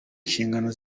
nshingano